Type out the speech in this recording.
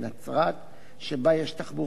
שבה יש תחבורה ציבורית ענפה,